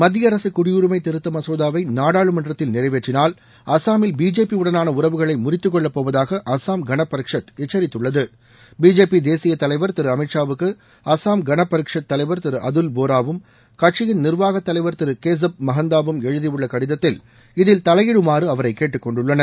மத்திய அரசு குடியுரிமை திருத்த மசோதாவை நாடாளுமன்றத்தில் நிறைவேற்றினால் அசாமில் பிஜேபி உடனான உறவுகளை முறித்துக்கொள்ளப்போவதாக அசாம் கன பரிஷத் எச்சரித்துள்ளது பிஜேபி தேசிய தலைவர் திரு அமீத்ஷாவுக்கு அசாம் கன பரிஷத் தலைவர் திரு அதுல் போராவும் கட்சியின் நிர்வாக தலைவர் திரு கேசப் மகந்தாவும் எழுதியுள்ள கடிதத்தில் இதில் தலையிடுமாறு அவரை கேட்டுக்கொண்டுள்ளனர்